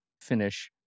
finish